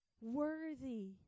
Worthy